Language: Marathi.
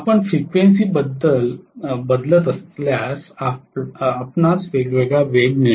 आपण फ्रिक्वेन्सी बदलत असल्यास आपणास वेगवेगळा वेग मिळेल